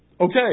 Okay